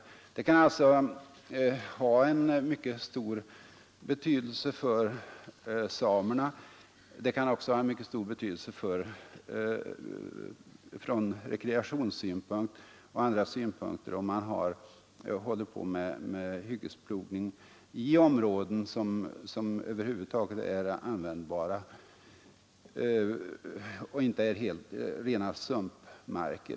Hyggesplogningen kan alltså ha mycket stor negativ betydelse för samerna. Den kan också ha mycket stor negativ betydelse från rekreationssynpunkt och från andra synpunkter, om man plogar områden som över huvud taget är användbara och inte är sumpmarker.